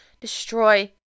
destroy